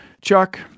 Chuck